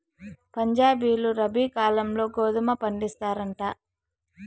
పంజాబీలు రబీ కాలంల గోధుమ పండిస్తారంట